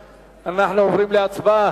אם כן, רבותי, אנחנו עוברים להצבעה.